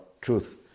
truth